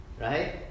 Right